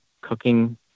cooking